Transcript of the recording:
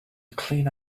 clean